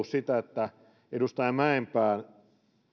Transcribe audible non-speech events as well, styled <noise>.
<unintelligible> sitä että edustaja mäenpää